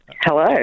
Hello